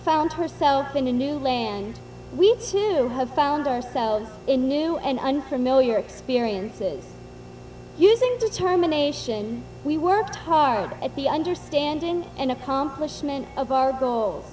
found herself in a new land we too have found ourselves in new and unfamiliar experiences using determination we worked hard at the understanding and accomplishment of our goal